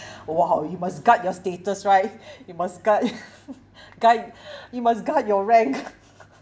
!wow! you must guard your status right you must guard guard you must guard your rank